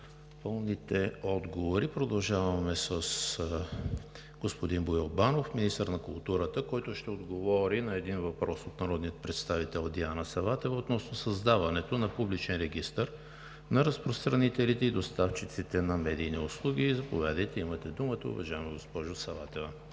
министър Аврамова. Продължаваме с господин Боил Банов – министър на културата, който ще отговори на един въпрос от народния представител Диана Саватева относно създаването на публичен регистър на разпространителите и доставчиците на медийни услуги. Уважаема госпожо Саватева,